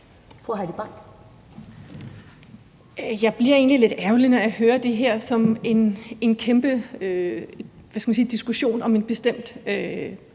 lidt ærgerlig, når jeg hører det her beskrevet som en kæmpe diskussion om en bestemt